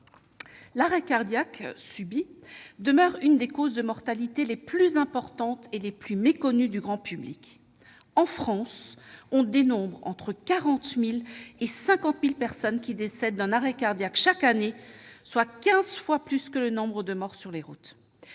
l'arrêt cardiaque subit demeure une des causes de mortalité les plus importantes et méconnues du grand public. En France, entre 40 000 et 50 000 personnes décèdent d'un arrêt cardiaque chaque année, soit quinze fois plus que le nombre de morts sur les routes.